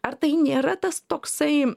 ar tai nėra tas toksai